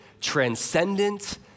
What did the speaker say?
transcendent